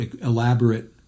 elaborate